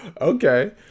Okay